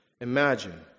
imagine